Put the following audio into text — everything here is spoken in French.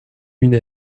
une